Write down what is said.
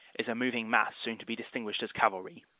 is a moving mass soon to be distinguished as cavalry.